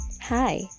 Hi